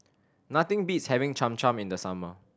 nothing beats having Cham Cham in the summer